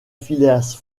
phileas